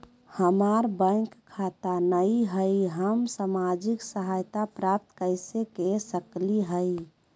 हमार बैंक खाता नई हई, हम सामाजिक सहायता प्राप्त कैसे के सकली हई?